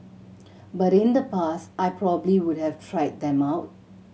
but in the past I probably would have tried them out